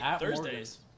thursdays